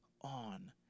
on